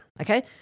Okay